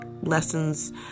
lessons